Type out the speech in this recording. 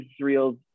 Israel's